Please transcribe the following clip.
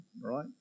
right